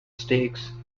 stakes